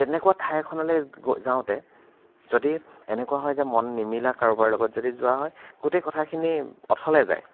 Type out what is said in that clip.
তেনেকুৱা ঠাই এখনলৈ গৈ যাওঁতে যদি এনেকুৱা হয় যে মন নিমিলা কাৰোবাৰ লগত যদি যোৱা হয় গোটেই কথাখিনি অথলৈ যায়